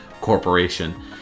Corporation